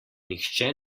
nihče